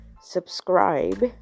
subscribe